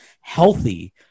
healthy